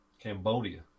Cambodia